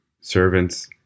servants